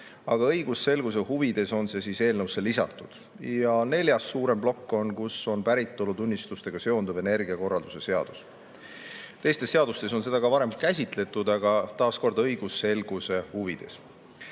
aga õigusselguse huvides on see eelnõusse lisatud. Ja neljas suurem plokk on, kus on päritolutunnistustega seonduv energiakorralduse seadus. Teistes seadustes on seda ka varem käsitletud, aga taas õigusselguse huvides.